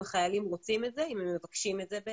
אם החיילים רוצים ומבקשים את זה.